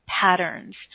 patterns